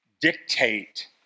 dictate